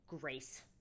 grace